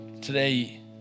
Today